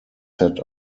set